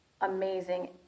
amazing